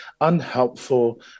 unhelpful